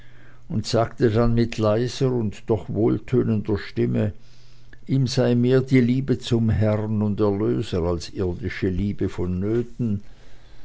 und sagte dann mit leiser und doch wohltönender stimme ihm sei mehr die liebe zum herrn und erlöser als irdische liebe vonnöten